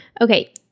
Okay